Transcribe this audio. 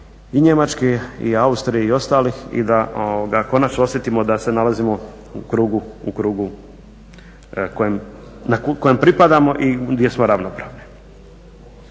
i Njemačke i Austrije i ostalih. I da konačno osjetimo da se nalazimo u krugu kojem pripadamo i gdje smo ravnopravni.